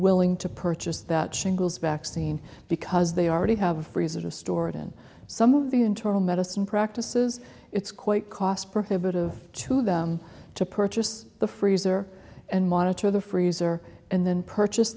willing to purchase that shingles vaccine because they already have a freezer stored in some of the internal medicine practices it's quite cost prohibitive to them to purchase the freezer and monitor the freezer and then purchase